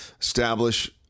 establish